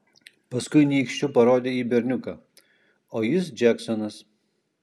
paskui nykščiu parodė į berniuką o jis džeksonas